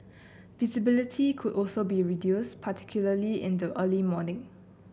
visibility could also be reduced particularly in the early morning